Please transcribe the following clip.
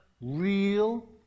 real